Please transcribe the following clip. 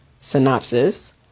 synopsis